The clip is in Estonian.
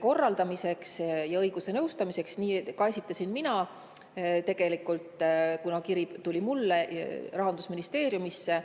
korraldamiseks ja õigusnõustamiseks. Nii esitasin ka mina tegelikult, kuna kiri tuli mulle Rahandusministeeriumisse,